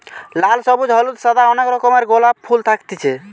লাল, সবুজ, হলুদ, সাদা অনেক রকমের গোলাপ ফুল থাকতিছে